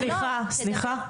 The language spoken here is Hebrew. סליחה, סליחה.